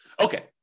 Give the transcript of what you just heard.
Okay